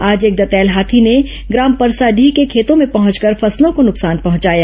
आज एक दंतैल हाथी ने ग्राम परसाडीह के खेतों में पहचकर फसलों को नुकसान पहचाया